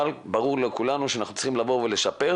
אבל ברור לכולנו שאנחנו צריכים לבוא ולשפר,